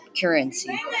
currency